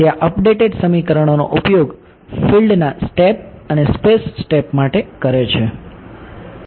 તે આ અપડેટ સમીકરણોનો ઉપયોગ ફિલ્ડના સ્ટેપ અને સ્પેસ સ્ટેપ માટે કરે છે